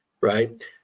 Right